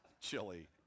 chili